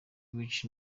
wica